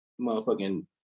Motherfucking